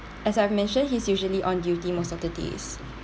as I've mentioned he's usually on duty most of the days